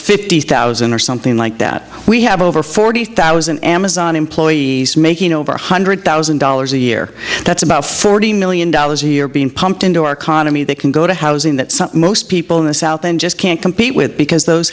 fifty thousand or something like that we have over forty thousand amazon employees making over one hundred thousand dollars a year that's about forty million dollars a year being pumped into our economy they can go to housing that something most people in the south end just can't compete with because those